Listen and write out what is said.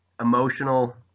emotional